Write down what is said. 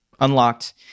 Unlocked